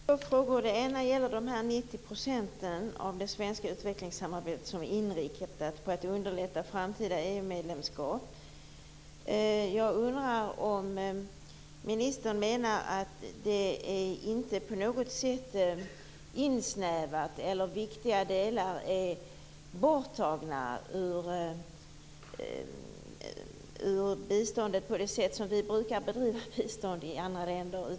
Fru talman! Jag har två frågor. Den ena gäller dessa 90 % av det svenska utvecklingssamarbetet som är inriktat på att underlätta framtida EU-medlemskap. Jag undrar om ministern menar att det inte på något sätt är insnävat så att viktiga delar är borttagna ur biståndet jämfört med det sätt som vi brukar bedriva bistånd i andra länder.